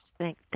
Thank